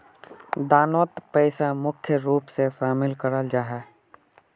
दानोत पैसा मुख्य रूप से शामिल कराल जाहा